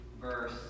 verse